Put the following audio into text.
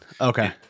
okay